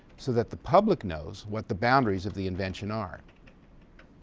so that the public knows what the boundaries of the invention are.